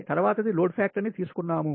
తర్వాత the load factor ని తీసుకున్నాము